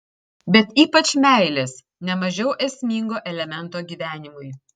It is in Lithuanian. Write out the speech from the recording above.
bet ypač meilės ne mažiau esmingo elemento gyvenimui